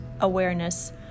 awareness